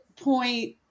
point